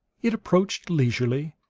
it approached leisurely,